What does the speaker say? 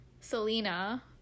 selena